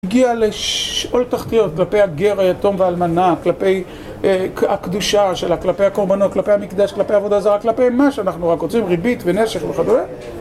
הגיעה לשאול תחתיות כלפי הגר היתום והאלמנה, כלפי הקדושה שלה, כלפי הקורבנות, כלפי המקדש, כלפי העבודה זרה, כלפי מה שאנחנו רק רוצים ריבית ונשך וכדומה